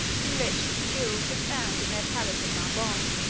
enriched with jewels, were found in their palace of narbonne,